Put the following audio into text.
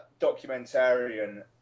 documentarian